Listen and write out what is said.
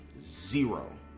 Zero